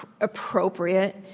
appropriate